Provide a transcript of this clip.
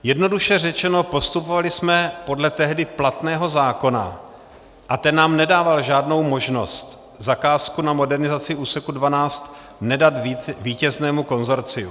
Jednoduše řečeno, postupovali jsme podle tehdy platného zákona a ten nám nedával žádnou možnost zakázku na modernizaci úseku 12 nedat vítěznému konsorciu.